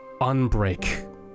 unbreak